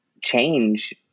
change